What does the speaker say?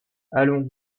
allons